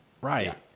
right